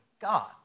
God